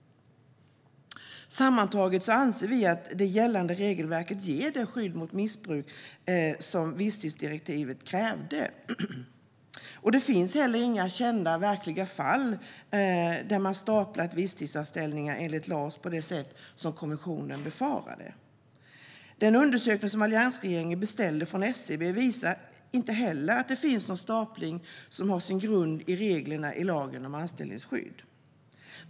Sammantaget ansåg vi att det gällande regelverket ger det skydd mot missbruk som visstidsdirektivet krävde. Det finns inte heller några kända verkliga fall där man har staplat visstidsanställningar enligt LAS på det sätt som kommissionen befarade. Den undersökning som alliansregeringen beställde från SCB visar inte heller att det finns någon stapling som har sin grund i reglerna i lagen om anställningsskydd.